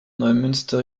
neumünster